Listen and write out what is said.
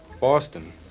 Boston